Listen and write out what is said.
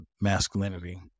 masculinity